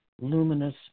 luminous